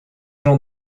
jean